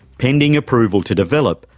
pending approval to develop,